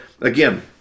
again